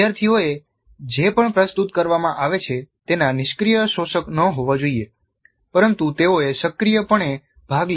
વિદ્યાર્થીઓએ જે પણ પ્રસ્તુત કરવામાં આવે છે તેના નિષ્ક્રિય શોષક ન હોવા જોઈએ પરંતુ તેઓએ સક્રિયપણે ભાગ લેવો જોઈએ